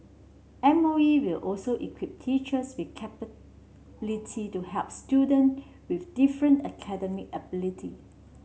M O E will also equip teachers with capabilities to help student with different academic ability